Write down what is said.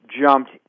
jumped